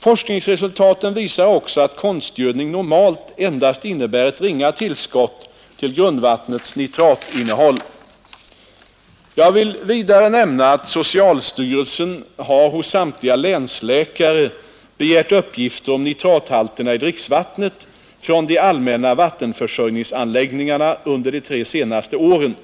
Forskningsresultaten visar också att konstgödning normalt endast innebär ett ringa tillskott till grundvattnets nitratinnehäll. Jag vill vidare nämna att socialstyrelsen hos samtliga länsläkare begärt uppgifter om nitrathalterna i dricksvattnet från de allmänna vattenförsörjningsanläggningarna under de tre senaste åren.